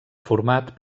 format